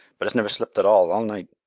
but us never slept at all, all night.